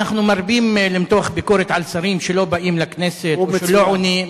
אנחנו מרבים למתוח ביקורת על שרים שלא באים לכנסת או שלא עונים.